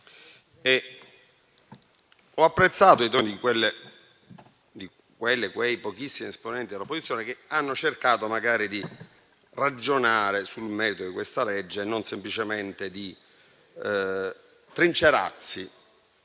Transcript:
ho apprezzato i toni di quei pochissimi esponenti dell'opposizione che hanno cercato magari di ragionare sul merito di questa legge, e non semplicemente di trincerarsi